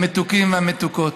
המתוקים והמתוקות,